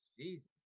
Jesus